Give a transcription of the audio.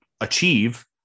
achieve